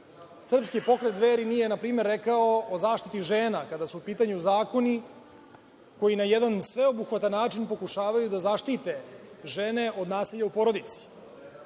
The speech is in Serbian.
Srpski pokret Dveri nije, na primer, rekao o zaštiti žena, kada su u pitanju zakoni koji na jedan sveobuhvatan način pokušavaju da zaštite žene od nasilja u porodici.